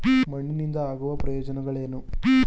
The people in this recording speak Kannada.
ಮಣ್ಣಿನಿಂದ ಆಗುವ ಪ್ರಯೋಜನಗಳೇನು?